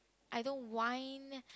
I don't whine